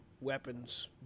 weapons